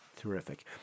Terrific